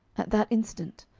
at that instant,